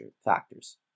factors